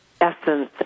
essence